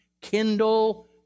Kindle